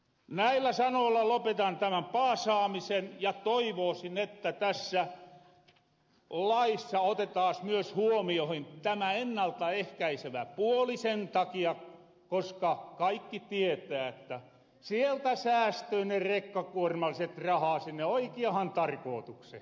näillä sanoilla lopetan tämän paasaamisen ja toivoosin että tässä laissa otetaas myös huomioohin tämä ennalta ehkäisevä puoli sen takia koska kaikki tietää että sieltä säästyy ne rekkakuormalliset rahaa sinne oikiahan tarkootuksehen